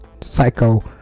psycho